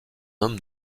homme